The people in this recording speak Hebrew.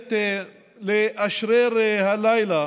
הולכת לאשרר הלילה